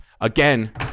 again